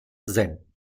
sen